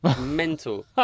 Mental